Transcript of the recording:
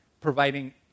providing